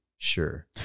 Sure